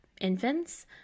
infants